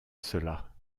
cela